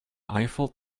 eiffel